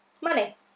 Money